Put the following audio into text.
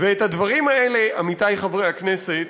ואת הדברים האלה, עמיתי חברי הכנסת,